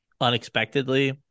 unexpectedly